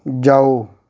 ਜਾਓ